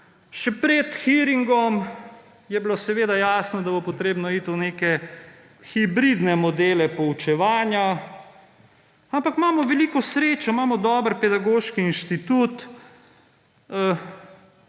Še pred hearingom je bilo seveda jasno, da bo potrebno iti v neke hibridne modele poučevanja, ampak imamo veliko srečo. Imamo dober Pedagoški inštitut,